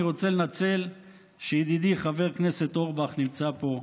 אני רוצה לנצל את זה שידידי חבר הכנסת אורבך נמצא פה.